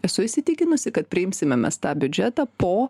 esu įsitikinusi kad priimsime mes tą biudžetą po